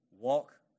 Walk